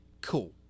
cool